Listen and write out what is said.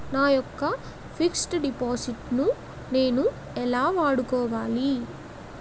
నా యెక్క fixed deposit ను నేను ఎలా వాడుకోవాలి?